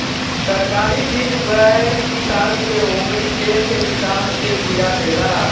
सरकारी बीज बैंक किसान के ओकरी खेत के हिसाब से बिया देला